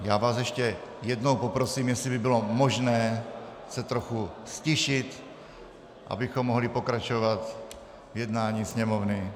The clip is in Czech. Já vás ještě jednou poprosím, jestli by bylo možné se trochu ztišit, abychom mohli pokračovat v jednání Sněmovny...